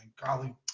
golly